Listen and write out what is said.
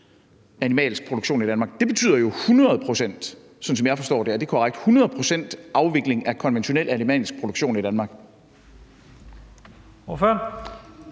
– altså 100 pct. afvikling af konventionel animalsk produktion i Danmark?